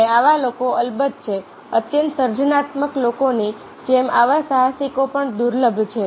અને આવા લોકો અલબત્ત છે અત્યંત સર્જનાત્મક લોકોની જેમ આવા સાહસિકો પણ દુર્લભ છે